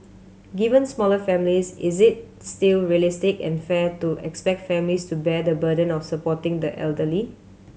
given smaller families is it still realistic and fair to expect families to bear the burden of supporting the elderly